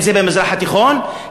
אם במזרח התיכון,